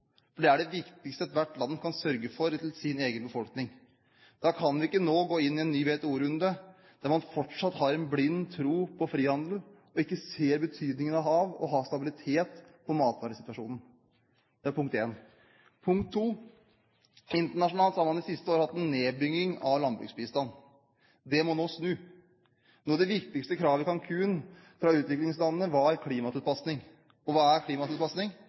for det er det viktigste ethvert land kan sørge for til sin egen befolkning. Da kan vi ikke nå gå inn i en ny WTO-runde der man fortsatt har en blind tro på frihandel og ikke ser betydningen av å ha stabilitet på matvaresituasjonen. Internasjonalt har man de siste årene hatt en nedbygging av landbruksbistanden. Det må nå snu. Noe av det viktigste i Cancún var kravet fra utviklingslandene om klimatilpasning. Hva er klimatilpasning?